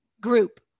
group